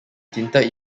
tinted